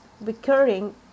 recurring